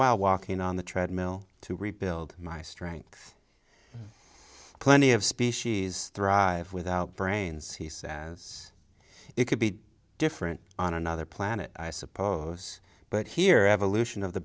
while walking on the treadmill to rebuild my strength plenty of species thrive without brains he says it could be different on another planet i suppose but here evolution of the